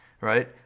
right